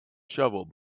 shovel